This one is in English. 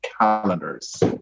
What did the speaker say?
calendars